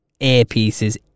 earpieces